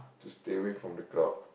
to away from the crowd